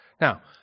Now